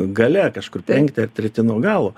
gale kažkur penkti ar treti nuo galo